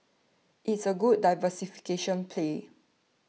it's a good diversification play